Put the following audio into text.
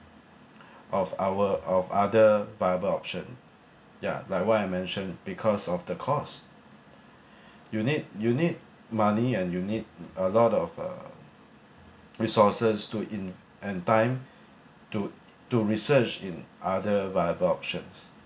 of our of other viable option ya like what I mentioned because of the cost you need you need money and you need a lot of uh resources to in and time to to research in other viable options